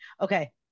Okay